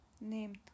named